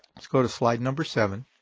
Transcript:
let's go to slide number seven.